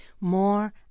more